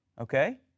okay